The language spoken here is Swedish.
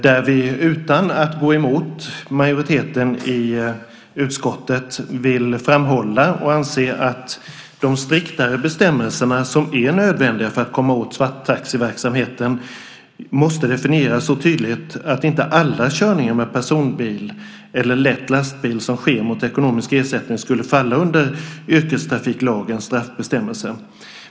Där vill vi, utan att gå emot majoriteten i utskottet, framhålla att de striktare bestämmelserna, som är nödvändiga för att komma åt svarttaxiverksamheten, måste definieras så tydligt att inte alla körningar med personbil eller lätt lastbil, som sker mot ekonomisk ersättning, ska falla under yrkestrafiklagens straffbestämmelser.